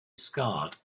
scarred